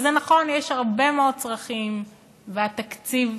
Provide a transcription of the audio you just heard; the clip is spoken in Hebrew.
וזה נכון, יש הרבה מאוד צרכים, והתקציב